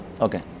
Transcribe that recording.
okay